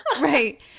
Right